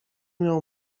miał